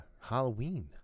Halloween